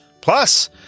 Plus